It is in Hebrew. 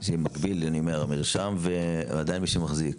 כלומר, המרשם ומי שמחזיק.